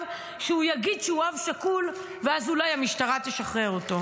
שהוא יגיד שהוא אב שכול ואז אולי המשטרה תשחרר אותו.